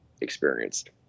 experienced